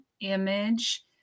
image